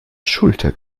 schulter